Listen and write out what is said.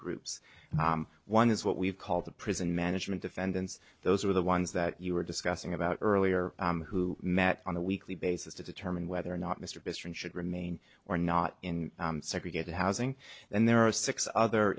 groups one is what we've called the prison management defendants those are the ones that you were discussing about earlier who met on a weekly basis to determine whether or not mr bestrewn should remain or not in segregated housing and there are six other